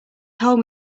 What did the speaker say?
told